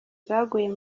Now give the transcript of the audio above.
zaguye